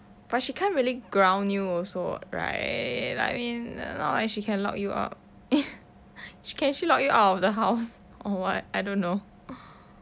but she can't really ground you also [what] right I mean not like she can lock you up can she lock you out of the house or what I don't know